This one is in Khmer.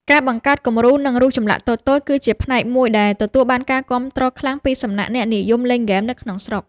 ការបង្កើតគំរូ និង រូបចម្លាក់តូចៗ គឺជាផ្នែកមួយដែលទទួលបានការគាំទ្រខ្លាំងពីសំណាក់អ្នកនិយមលេងហ្គេមនៅក្នុងស្រុក។